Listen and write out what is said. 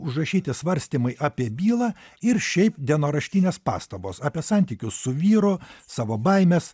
užrašyti svarstymai apie bylą ir šiaip dienoraštinės pastabos apie santykius su vyru savo baimes